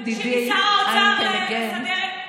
ידידי האינטליגנט,